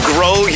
Grow